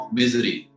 misery